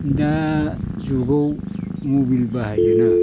दा जुगाव मबाइल बाहायदोना